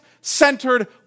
centered